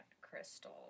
crystal